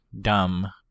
dumb